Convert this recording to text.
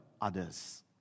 others